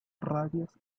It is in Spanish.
radios